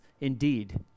indeed